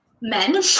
men